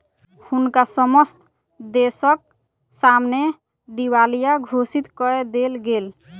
हुनका समस्त देसक सामने दिवालिया घोषित कय देल गेल